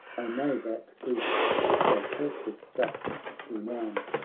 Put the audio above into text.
i know that greeks shall purchase just renown.